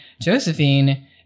Josephine